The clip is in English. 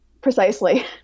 Precisely